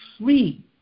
free